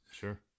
Sure